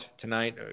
tonight